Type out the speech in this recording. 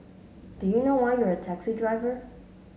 do you know why you're a taxi driver